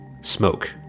smoke